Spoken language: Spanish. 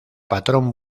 patrón